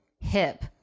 hip